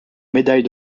médaille